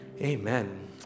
Amen